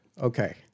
Okay